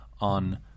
on